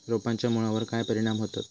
रोपांच्या मुळावर काय परिणाम होतत?